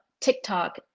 TikTok